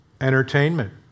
entertainment